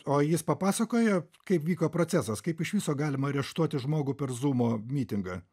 o jis papasakojo kaip vyko procesas kaip iš viso galima areštuoti žmogų per zumo mytingą